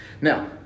Now